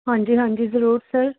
ਹਾਂਜੀ ਹਾਂਜੀ ਜ਼ਰੂਰ ਸਰ